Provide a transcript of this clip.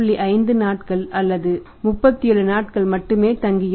5 நாட்கள் அல்லது 37 நாட்கள் மட்டுமே இருக்கும்